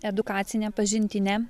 edukacinę pažintinę